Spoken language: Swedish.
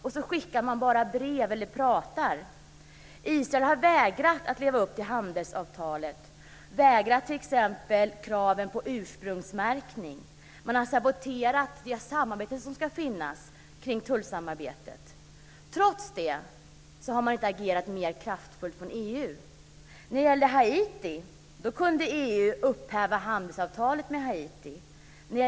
Man skickar bara brev eller pratar. Israel har vägrat att leva upp till handelsavtalet. Man har vägrat att uppfylla kraven på ursprungsmärkning. Man har saboterat det samarbete som ska finnas kring tullarna. Trots det har EU inte agerat mer kraftfullt. EU upphävde handelsavtalet med Haiti.